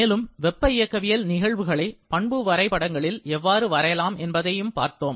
மேலும் வெப்ப இயக்கவியல் நிகழ்வுகளை பண்பு வரைபடங்களில் எவ்வாறு வரலாம் என்பதையும் பார்த்தோம்